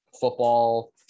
football